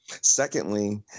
secondly